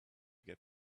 get